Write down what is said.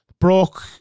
broke